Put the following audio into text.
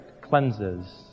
cleanses